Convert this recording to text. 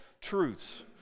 truths